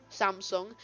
Samsung